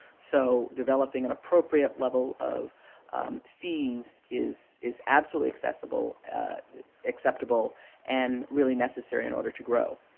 so developing an appropriate level of fees is is absolutely acceptable acceptable and really necessary in order to grow.